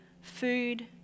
food